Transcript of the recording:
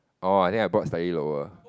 oh I think I bought slightly lower